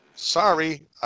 Sorry